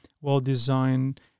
well-designed